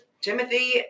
Timothy